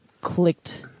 clicked